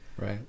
Right